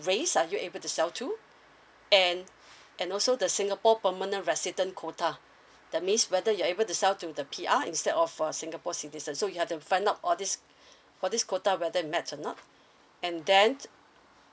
race are you able to sell to and and also the singapore permanent resident quota that means whether you're able to sell to the P_R instead of uh singapore citizen so you have to find out all this for this quota whether it met or not and then